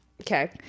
okay